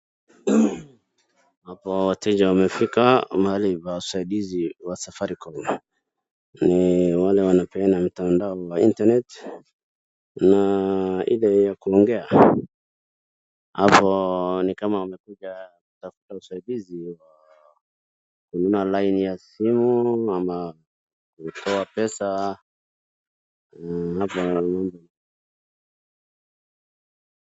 Hapa wateja wamefika mahali pa usaidizi wa Safaricom. Ni wale wanapeana mtandao wa internet na ile ya kuongea. Hapo ni kama wamekuja kutafuta usaidizi, kununua laini ya simu ama kutoa pesa hapa.